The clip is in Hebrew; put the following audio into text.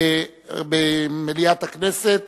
במליאת הכנסת,